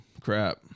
Crap